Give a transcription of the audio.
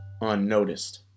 unnoticed